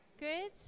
good